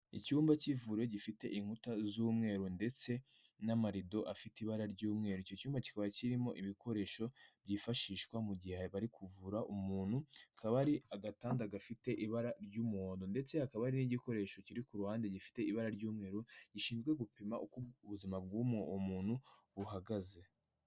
Icyumba k'ivuriro gifite inkuta z'umweru ndetse n'amarido afite ibara ry'umweru, icyo cyumba kikaba kirimo ibikoresho byifashishwa mu gihe bari kuvura umuntu akaba ari agatanda gafite ibara ry'umuhondo ndetse hakaba hari n'igikoresho kiri ku ruhande gifite ibara ry'umweru, gishinzwe gupima uko ubuzima bw'umuntu buhagaze.